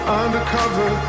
undercover